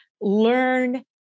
learn